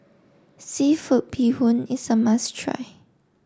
Seafood Bee Hoon is a must try